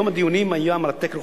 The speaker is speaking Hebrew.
יום הדיונים היה מרתק לכולנו.